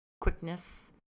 quickness